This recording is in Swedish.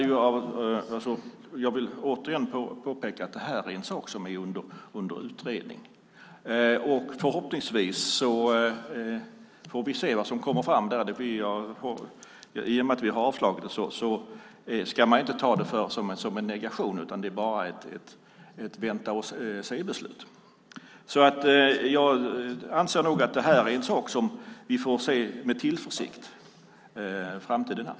Jag vill återigen påpeka att det här är en sak som är under utredning. Vi får se vad som kommer fram där. Att vi har avstyrkt detta ska man inte ta som en negation, utan det är bara ett vänta-och-se-beslut. Jag anser nog att det här är en sak där vi får se framtiden an med tillförsikt.